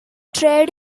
trade